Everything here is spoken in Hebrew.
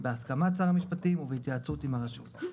בהסכמת שר המשפטים ובהתייעצות עם הרשות.